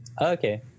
Okay